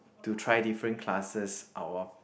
to try different classes out of